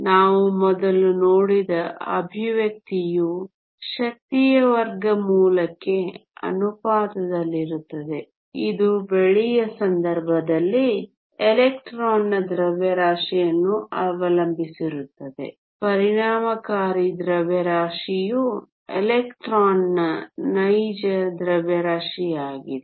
ನಾವು ಮೊದಲು ನೋಡಿದ ಎಕ್ಸ್ಪ್ರೆಶನ್ ಶಕ್ತಿಯ ವರ್ಗಮೂಲಕ್ಕೆ ಅನುಪಾತದಲ್ಲಿರುತ್ತದೆ ಇದು ಬೆಳ್ಳಿಯ ಸಂದರ್ಭದಲ್ಲಿ ಎಲೆಕ್ಟ್ರಾನ್ನ ದ್ರವ್ಯರಾಶಿಯನ್ನು ಅವಲಂಬಿಸಿರುತ್ತದೆ ಪರಿಣಾಮಕಾರಿ ದ್ರವ್ಯರಾಶಿಯು ಎಲೆಕ್ಟ್ರಾನ್ನ ನೈಜ ದ್ರವ್ಯರಾಶಿಯಾಗಿದೆ